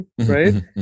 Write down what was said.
right